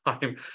time